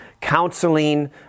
counseling